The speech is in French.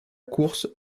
course